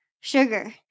sugar